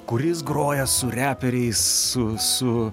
kuris groja su reperiais su